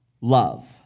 love